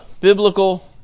biblical